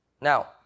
Now